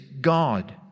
God